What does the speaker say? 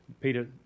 Peter